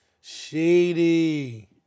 Shady